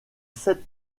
sept